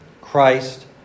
Christ